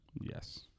Yes